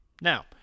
Now